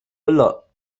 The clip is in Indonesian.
belok